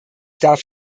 darf